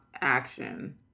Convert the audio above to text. action